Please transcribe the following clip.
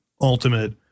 ultimate